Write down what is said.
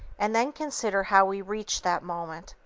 and then consider how we reached that moment,